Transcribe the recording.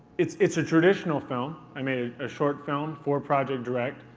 it's it's a traditional film. i made a short film for project direct,